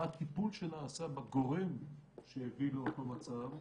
מה הטיפול שנעשה בגורם שהביא לאותו מצב,